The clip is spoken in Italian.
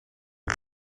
the